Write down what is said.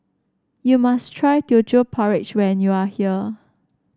you must try Teochew Porridge when you are here